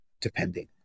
depending